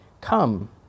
come